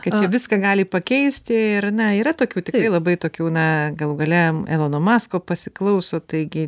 kad čia viską gali pakeisti ir na yra tokių tikrai labai tokių na galų gale elono masko pasiklauso taigi